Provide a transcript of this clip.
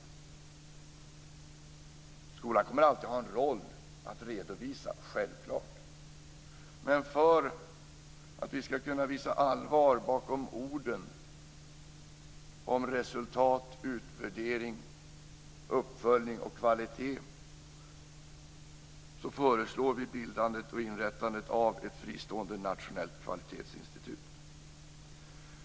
Skolan kommer alltid att ha en roll när det gäller att redovisa, självklart. Men för att vi ska kunna visa allvaret bakom orden om resultat, utvärdering, uppföljning och kvalitet föreslår vi bildandet och inrättandet av ett fristående nationellt kvalitetsinstitut.